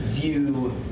view